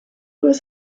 was